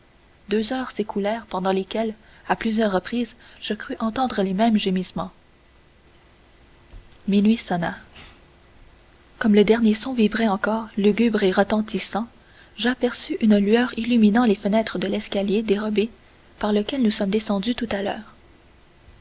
deux heures s'écoulèrent pendant lesquelles à plusieurs reprises je crus entendre les mêmes gémissements minuit sonna comme le dernier son vibrait encore lugubre et retentissant j'aperçus une lueur illuminant les fenêtres de l'escalier dérobé par lequel nous sommes descendus tout à l'heure